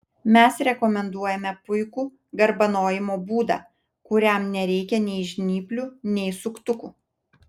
mes rekomenduojame puikų garbanojimo būdą kuriam nereikia nei žnyplių nei suktukų